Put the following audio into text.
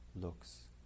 looks